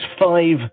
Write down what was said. five